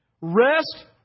Rest